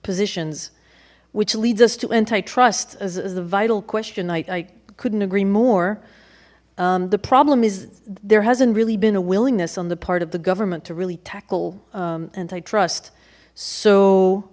positions which leads us to antitrust as the vital question i couldn't agree more the problem is there hasn't really been a willingness on the part of the government to really tackle antitrust so